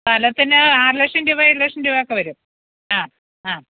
സ്ഥലത്തിന് ആറ് ലക്ഷം രൂപ ഏഴ് ലക്ഷം രൂപയൊക്കെ വരും ആ ആ